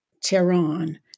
Tehran